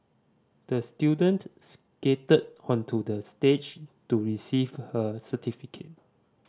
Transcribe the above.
the student skated onto the stage to receive her certificate